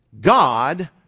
God